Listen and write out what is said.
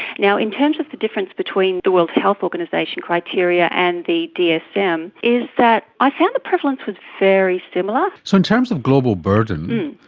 in terms of the difference between the world health organisation criteria and the dsm is that i found the prevalence was very similar. so in terms of global burden,